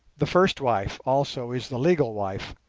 the first wife also is the legal wife,